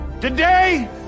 Today